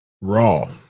Raw